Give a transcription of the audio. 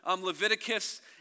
Leviticus